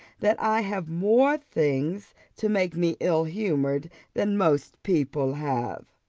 that i have more things to make me ill-humoured than most people have.